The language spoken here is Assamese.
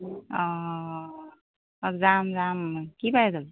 অঁ অঁ যাম যাম কি বাৰে যাবি